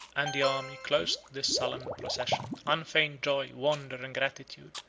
and the army closed the solemn procession. unfeigned joy, wonder, and gratitude,